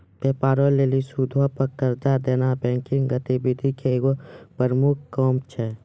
व्यापारो लेली सूदो पे कर्जा देनाय बैंकिंग गतिविधि के एगो प्रमुख काम छै